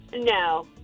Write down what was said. No